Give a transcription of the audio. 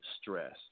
stress